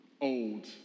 old